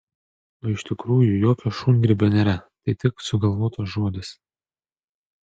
o iš tikrųjų jokio šungrybio nėra tai tik sugalvotas žodis